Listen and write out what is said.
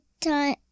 time